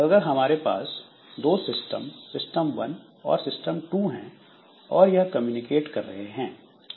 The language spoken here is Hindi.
अगर हमारे पास दो सिस्टम सिस्टम वन और सिस्टम टू हैं और यह कम्युनिकेट कर रहे हैं